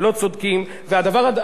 כאשר תוקם הממשלה הבאה,